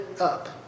up